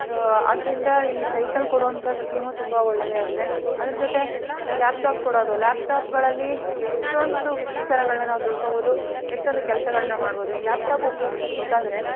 ಆದ್ದರಿಂದ ಈ ಸೈಕಲ್ ಕೊಡುವಂಥ ಸ್ಕೀಮು ತುಂಬ ಒಳ್ಳೆಯದೆ ಆಗಿದೆ ಅದರ ಜೊತೆ ಈ ಲ್ಯಾಪ್ಟಾಪ್ ಕೊಡೋದು ಲ್ಯಾಪ್ಟಾಪ್ಗಳಲ್ಲಿ ಎಷ್ಟೊಂದು ವಿಚಾರಗಳನ್ನು ನಾವು ತಿಳ್ಕೊಬೋದು ಎಷ್ಟೊಂದು ಕೆಲ್ಸಗಳನ್ನು ಮಾಡ್ಬೌದು ಈ ಲ್ಯಾಪ್ಟಾಪ್ ಉಪ್ಯೋಗ್ಸೋದು ಗೊತ್ತಾದರೆ